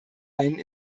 einen